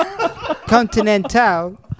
Continental